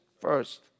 first